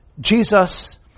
Jesus